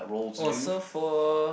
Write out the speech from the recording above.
oh so for